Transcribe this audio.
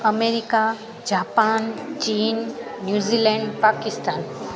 America Japan चीन New Zealand Pakistan